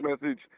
message